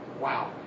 Wow